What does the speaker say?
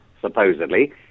supposedly